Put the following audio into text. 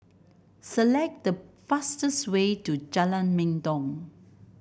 select the fastest way to Jalan Mendong